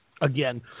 again